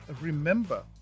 remember